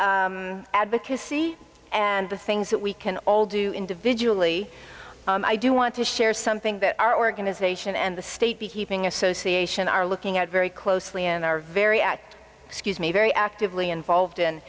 local advocacy and the things that we can all do individually i do want to share something that our organization and the state beekeeping association are looking at very closely and are very at excuse me very actively involved